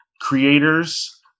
creators